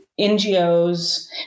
NGOs